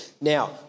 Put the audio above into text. Now